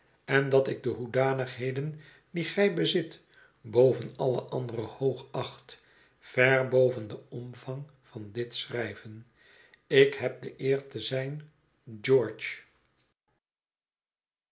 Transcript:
en dat ik de hoedanigheden die gij bezit boven alle andere hoogacht ver boven den omvang van dit schrijven ik heb de eer te zijn george